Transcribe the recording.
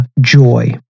joy